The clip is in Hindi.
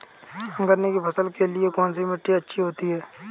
गन्ने की फसल के लिए कौनसी मिट्टी अच्छी होती है?